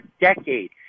decade